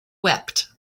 wept